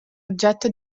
oggetto